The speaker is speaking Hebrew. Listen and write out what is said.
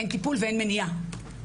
אין טיפול, ואין מניעה.